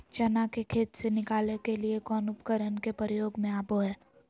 चना के खेत से निकाले के लिए कौन उपकरण के प्रयोग में आबो है?